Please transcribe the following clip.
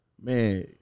man